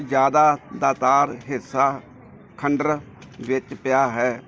ਜ਼ਿਆਦਾ ਦਾਤਾਰ ਹਿੱਸਾ ਖੰਡਰ ਵਿੱਚ ਪਿਆ ਹੈ